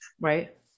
Right